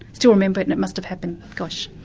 still remember it and it must have happened, gosh,